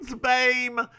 babe